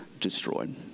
destroyed